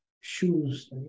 shoes